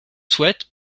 souhaite